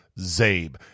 ZABE